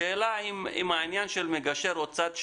השאלה אם העניין של מגשר או צד שלישי,